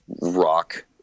rock